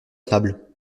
table